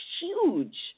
huge